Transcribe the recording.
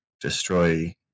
destroy